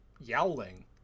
yowling